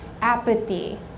apathy